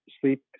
Sleep